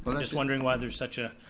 but just wondering why there's such a